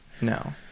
No